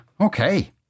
Okay